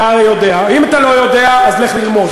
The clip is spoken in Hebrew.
אתה הרי יודע, אם אתה לא יודע, אז לך ללמוד.